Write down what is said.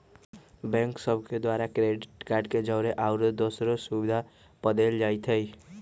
bank सभ के द्वारा क्रेडिट कार्ड के जौरे आउरो दोसरो सुभिधा सेहो पदेल जाइ छइ